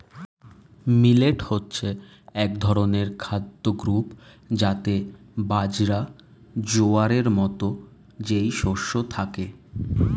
millet হচ্ছে এক ধরনের খাদ্য গ্রূপ যাতে বাজরা, জোয়ারের মতো যেই শস্য থাকে